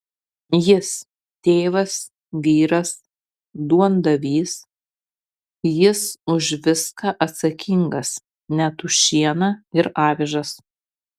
jis tėvas vyras duondavys jis už viską atsakingas net už šieną ir avižas